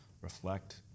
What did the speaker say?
reflect